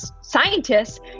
scientists